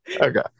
Okay